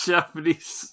Japanese